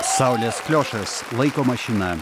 saulės kliošas laiko mašina